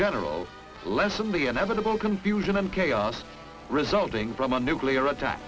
general lessen the inevitable confusion and chaos resulting from a nuclear attack